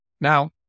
Now